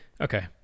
Okay